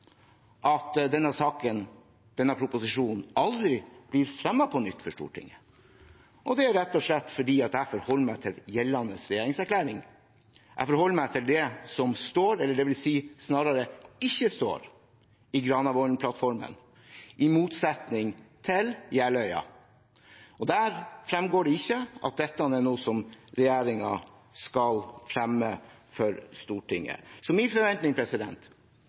at denne saken, denne proposisjonen, aldri blir fremmet på nytt for Stortinget, og det er rett og slett fordi jeg forholder meg til gjeldende regjeringserklæring. Jeg forholder meg til det som står, eller dvs. snarere ikke står, i Granavolden-plattformen, i motsetning til Jeløya-plattformen. Der fremgår det ikke at dette er noe som regjeringen skal fremme for Stortinget. Så min forventning